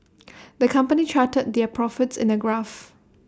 the company charted their profits in A graph